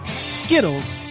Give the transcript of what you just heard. Skittles